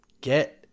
get